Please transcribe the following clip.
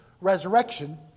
resurrection